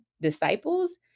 disciples